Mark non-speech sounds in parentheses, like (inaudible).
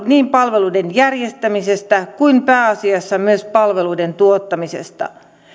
(unintelligible) niin palveluiden järjestämisestä kuin pääasiassa myös palveluiden tuottamisesta